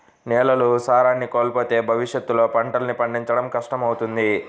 నేలలు సారాన్ని కోల్పోతే భవిష్యత్తులో పంటల్ని పండించడం కష్టమవుతుంది